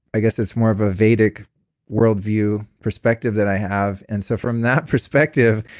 i guess it's more of a vedic world view perspective that i have, and so from that perspective,